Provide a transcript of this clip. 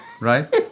Right